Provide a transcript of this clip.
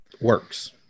works